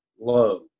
low